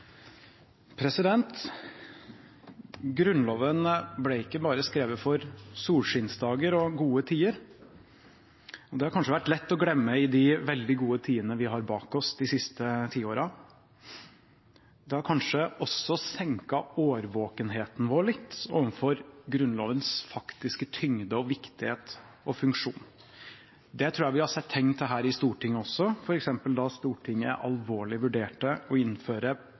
Grunnloven ble ikke bare skrevet for solskinnsdager og gode tider. Det har det kanskje vært lett å glemme i de veldig gode tidene vi har bak oss de siste tiårene. Det har kanskje også senket årvåkenheten vår litt overfor Grunnlovens faktiske tyngde, viktighet og funksjon. Det tror jeg vi har sett tegn til her i Stortinget også, f.eks. da Stortinget på alvor vurderte å innføre